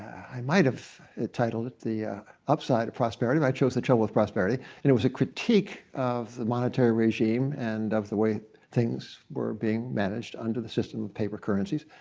i might have titled it the upside of prosperity. but i chose the trouble with prosperity. and it was a critique of the monetary regime and of the way things were being managed under the system of paper currencies.